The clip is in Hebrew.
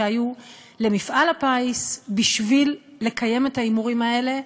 שהיו למפעל הפיס בשביל לקיים את ההימורים האלה,